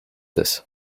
this